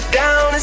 down